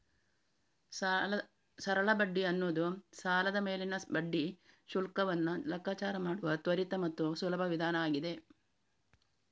ಸರಳ ಬಡ್ಡಿ ಅನ್ನುದು ಸಾಲದ ಮೇಲಿನ ಬಡ್ಡಿ ಶುಲ್ಕವನ್ನ ಲೆಕ್ಕಾಚಾರ ಮಾಡುವ ತ್ವರಿತ ಮತ್ತು ಸುಲಭ ವಿಧಾನ ಆಗಿದೆ